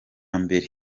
mbere